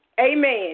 amen